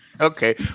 Okay